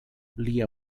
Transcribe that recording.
lia